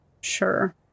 Sure